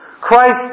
Christ